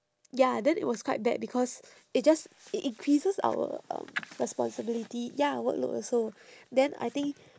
ya then it was quite bad because it just it increases our um responsibility ya workload also then I think